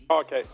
Okay